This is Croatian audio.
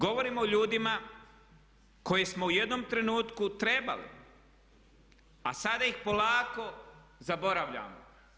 Govorim o ljudima koje smo u jednom trenutku trebali, a sada ih polako zaboravljamo.